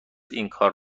اینکار